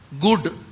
Good